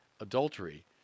adultery